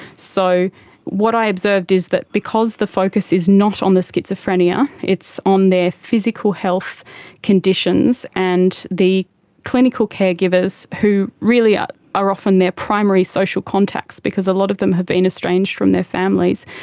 so what i observed is that because the focus is not on the schizophrenia, it's on their physical health conditions and the clinical caregivers who really ah are often their primary social contacts because a lot of them have been estranged from their families,